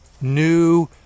new